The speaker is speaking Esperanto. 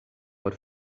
por